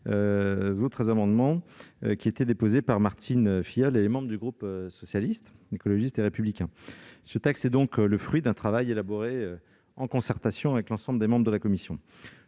par la commission, et six par Martine Filleul et les membres du groupe Socialiste, Écologiste et Républicain. Ce texte est donc le fruit d'un travail élaboré en concertation avec l'ensemble des membres de la commission.